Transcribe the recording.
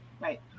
Right